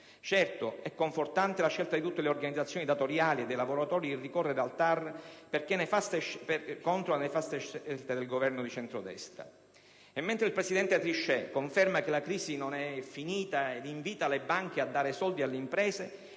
Certo, è confortante la scelta di tutte le organizzazioni datoriali e dei lavoratori di ricorrere al TAR contro le nefaste scelte del Governo di centrodestra. E mentre il presidente Trichet conferma che la crisi non è finita e invita le banche a dare soldi alle imprese,